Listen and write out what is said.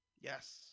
Yes